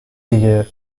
دیگه